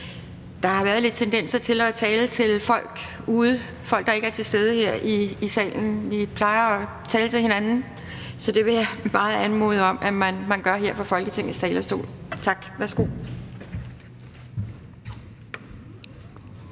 Der har været lidt tendenser til at tale til folk, der ikke er til stede her i salen. Vi plejer at tale til hinanden, så det vil jeg meget anmode om, at man gør her fra Folketingets talerstol. Tak. Værsgo.